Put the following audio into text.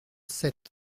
sept